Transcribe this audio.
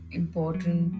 important